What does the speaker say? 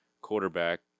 quarterback